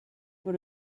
por